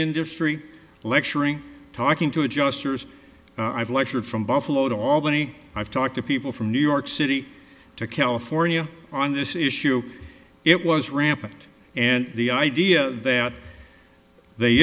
industry lecturing talking to adjusters i've lectured from buffalo to albany i've talked to people from new york city to california on this issue it was rampant and the idea that they